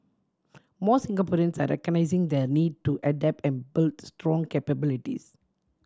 more Singaporeans are recognising the need to adapt and builds strong capabilities